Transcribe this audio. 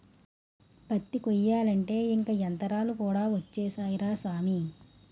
పత్తి కొయ్యాలంటే ఇంక యంతరాలు కూడా ఒచ్చేసాయ్ రా సామీ